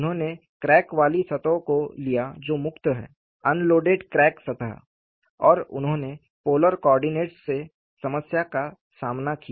उन्होंने क्रैक वाली सतहों को लिया जो मुक्त हैं अनलोडेड क्रैक सतह और उन्होंने पोलर कोऑर्डिनटस से समस्या का सामना किया